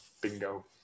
Bingo